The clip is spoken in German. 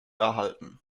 erhalten